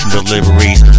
deliveries